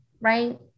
right